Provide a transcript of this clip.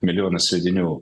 milijonas sviedinių